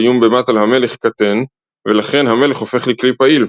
האיום במט על המלך קטן ולכן המלך הופך לכלי פעיל,